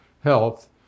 Health